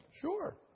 Sure